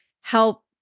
help